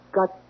got